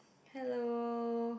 hello